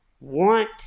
want